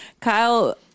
Kyle